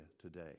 today